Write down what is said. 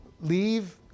leave